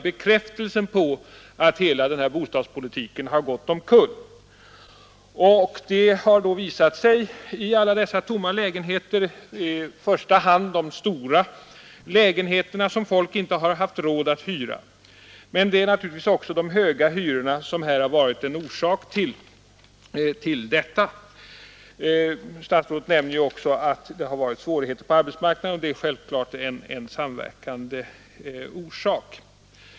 Bekräftelsen på att hela bostadspolitiken har gått omkull är alla dessa tomma lägenheter, i första hand de stora lägenheterna som folk inte har haft råd att hyra. Men det finns naturligtvis också andra orsaker förutom de höga hyrorna; statsrådet nämner att det har varit svårigheter på arbetsmarknaden, och det är självfallet en samverkande orsak.